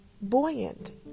buoyant